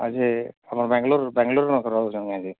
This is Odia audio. ଆଜି ଆମ ବାଙ୍ଗଲୋରରୁ ବାଙ୍ଗଲୋର ରହୁଛି ମୁଇଁ ଆଗେ